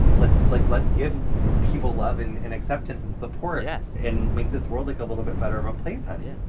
like, let's give people love and and acceptance and support. yes. and make this world, like, a little bit better of a place, honey yeah.